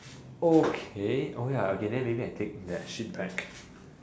okay oh ya okay then maybe I take that shit back